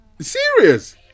serious